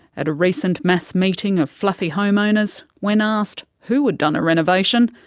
at a recent mass meeting of fluffy homeowners, when asked who had done a renovation,